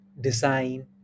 design